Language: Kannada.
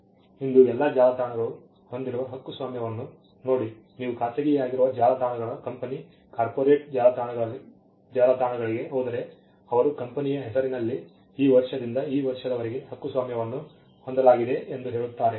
ಇಂದು ಎಲ್ಲಾ ಜಾಲತಾಣಗಳು ಹೊಂದಿರುವ ಹಕ್ಕುಸ್ವಾಮ್ಯವನ್ನು ನೋಡಿ ನೀವು ಖಾಸಗಿಯಾಗಿರುವ ಜಾಲತಾಣಗಳ ಕಂಪನಿ ಕಾರ್ಪೊರೇಟ್ ಜಾಲತಾಣಗಳಿಗೆ ಹೋದರೆ ಅವರು ಕಂಪನಿಯ ಹೆಸರಿನಲ್ಲಿ ಈ ವರ್ಷದಿಂದ ಈ ವರ್ಷದವರೆಗೆ ಹಕ್ಕುಸ್ವಾಮ್ಯವನ್ನು ಹೊಂದಲಾಗಿದೆ ಎಂದು ಹೇಳುತ್ತಾರೆ